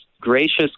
gracious